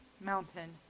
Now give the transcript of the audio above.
mountain